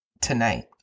tonight